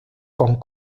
con